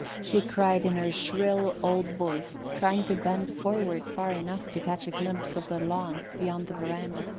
she cried in her shrill old voice, trying to bend forward far enough to catch a glimpse of the lawn beyond the verandah.